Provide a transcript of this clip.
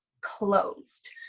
closed